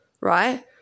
right